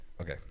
okay